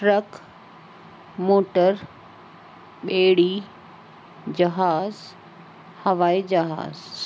truck motor ॿेड़ी जहाज़ु हवाई जहाज़ु